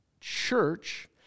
church